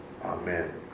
Amen